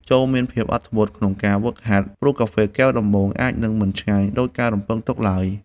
ចូរមានភាពអត់ធ្មត់ក្នុងការហ្វឹកហាត់ ព្រោះកាហ្វេកែវដំបូងអាចនឹងមិនឆ្ងាញ់ដូចការរំពឹងទុកឡើយ។